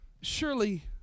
surely